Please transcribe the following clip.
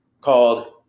called